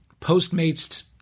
postmates